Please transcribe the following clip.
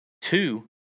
two